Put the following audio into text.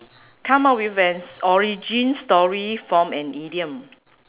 come up with an origin story from an idiom